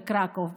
בקרקוב,